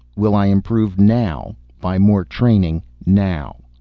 will i improve now by more training now?